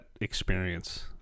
experience